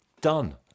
Done